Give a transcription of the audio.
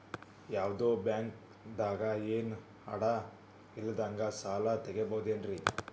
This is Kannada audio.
ಯಾವ್ದೋ ಬ್ಯಾಂಕ್ ದಾಗ ಏನು ಅಡ ಇಲ್ಲದಂಗ ಸಾಲ ತಗೋಬಹುದೇನ್ರಿ?